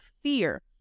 fear